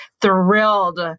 thrilled